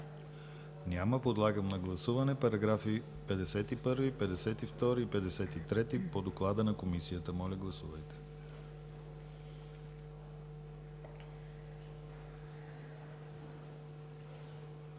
Няма. Подлагам на гласуване параграфи 51, 52 и 53 по доклада на Комисията. Гласували